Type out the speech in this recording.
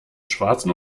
schwarzen